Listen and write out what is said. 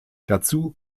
dazu